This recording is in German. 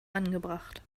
angebracht